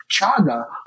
Chaga